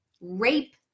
rape